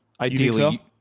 Ideally